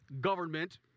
government